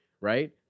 right